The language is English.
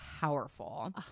powerful